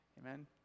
amen